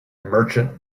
merchant